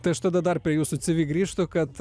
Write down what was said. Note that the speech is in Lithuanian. tai aš tada dar prie jūsų cv grįžtu kad